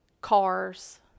cars